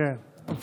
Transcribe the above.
כן, חלוקת קשב.